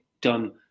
done